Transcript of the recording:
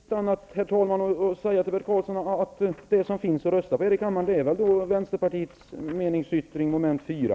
Herr talman! Jag ser inte något annat alternativ än att säga till Bert Karlsson att det som finns att rösta på i kammaren är Vänsterpartiets meningsyttring vid mom. 4.